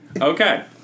Okay